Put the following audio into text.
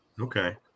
Okay